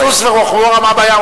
סוס ורוכבו רמה בים.